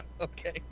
Okay